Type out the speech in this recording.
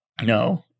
no